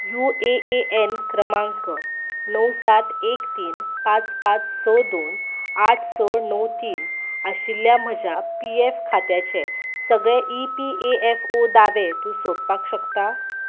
UAAN क्रमांक णव सात एक तीन पांच पांच स दोन आठ स णव तीन आशिल्ल्या म्हज्या पीएफ खात्याचे सगळे ईपीएएफओ दावे तूं सोदपाक शकता